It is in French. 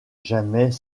jamais